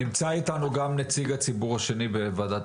נמצא איתנו גם נציג הציבור השני בוועדת